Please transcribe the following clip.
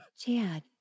Chad